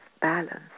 balance